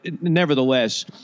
nevertheless